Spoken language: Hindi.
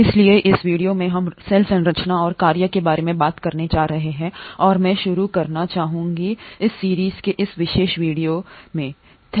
इसलिए इस वीडियो में हम सेल संरचना और कार्य के बारे में बात करने जा रहे हैं और मैं शुरू करना चाहूंगा इस सीरीज़ में इस विशेष वीडियो में जे